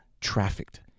trafficked